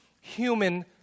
human